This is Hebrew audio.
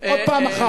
עוד פעם אחת.